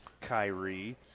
Kyrie